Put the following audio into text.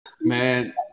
Man